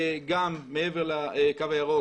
גם מעבר לקו הירוק.